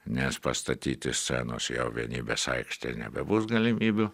nes pastatyti scenos vienybės aikštėj nebebus galimybių